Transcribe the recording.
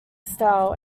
style